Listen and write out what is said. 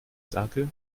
sage